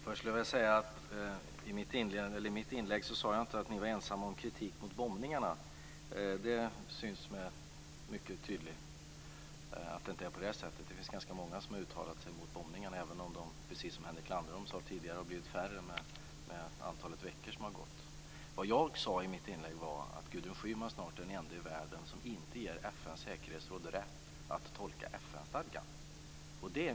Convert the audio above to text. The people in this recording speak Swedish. Fru talman! I mitt inlägg sade jag inte att ni var ensamma om kritik mot bombningar. Det syns mig mycket tydligt att det inte är på det sättet. Det är ganska många som har uttalat sig mot bombningar, även om de, precis som Henrik Landerholm sade tidigare, har blivit färre med antalet veckor som har gått. Vad jag sade i mitt inlägg var att Gudrun Schyman snart är den enda i världen som inte ger FN:s säkerhetsråd rätt att tolka FN-stadgan.